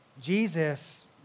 Jesus